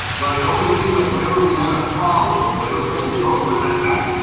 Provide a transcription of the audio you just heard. but it always seemed like whenever we had a problem, whenever somebody broke, it was at night